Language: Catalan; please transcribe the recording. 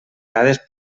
dades